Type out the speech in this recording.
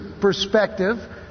perspective